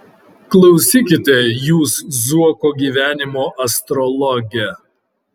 klausykite jūs zuoko gyvenimo astrologe